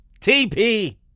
TP